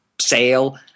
sale